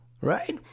right